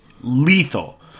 Lethal